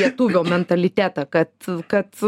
lietuvio mentalitetą kad kad